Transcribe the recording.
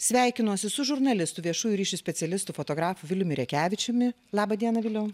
sveikinosi su žurnalistu viešųjų ryšių specialistu fotografu viliumi rekevičiumi laba diena viliau